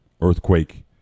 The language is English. earthquake